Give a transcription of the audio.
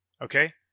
Okay